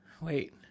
wait